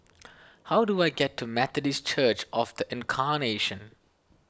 how do I get to Methodist Church of the Incarnation